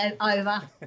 over